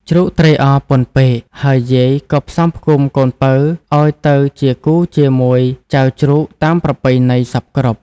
ជ្រូកត្រេកអរពន់ពេក ហើយយាយក៏ផ្សំផ្គុំកូនពៅឱ្យទៅជាគូរជាមួយចៅជ្រូកតាមប្រពៃណីសព្វគ្រប់។